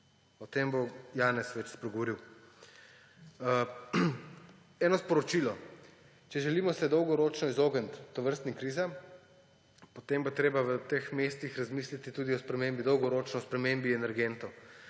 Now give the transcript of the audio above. O tem bo Janez več spregovoril. Eno sporočilo. Če se želimo dolgoročno izogniti tovrstnim krizam, potem bo treba v teh mestih razmisliti dolgoročno o spremembi energentov.